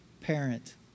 parent